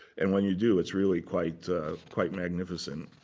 and when you do, it's really quite quite magnificent.